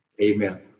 Amen